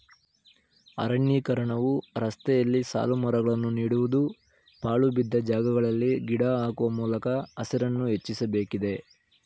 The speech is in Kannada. ಅರಣ್ಯೀಕರಣವು ರಸ್ತೆಯಲ್ಲಿ ಸಾಲುಮರಗಳನ್ನು ನೀಡುವುದು, ಪಾಳುಬಿದ್ದ ಜಾಗಗಳಲ್ಲಿ ಗಿಡ ಹಾಕುವ ಮೂಲಕ ಹಸಿರನ್ನು ಹೆಚ್ಚಿಸಬೇಕಿದೆ